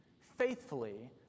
faithfully